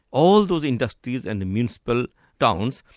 all those industries and municipal towns,